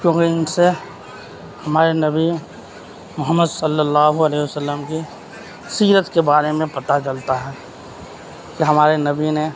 کیوں کہ ان سے ہمارے نبی محمد صلی اللّہ علیہ وسلم کی سیرت کے بارے میں پتہ چلتا ہے کہ ہمارے نبی نے